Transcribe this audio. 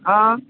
હા